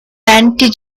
and